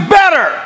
better